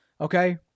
Okay